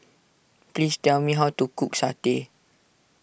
please tell me how to cook Satay